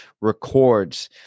records